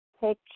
take